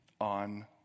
on